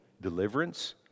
deliverance